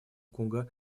конго